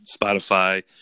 Spotify